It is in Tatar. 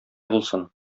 булсын